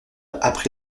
apprend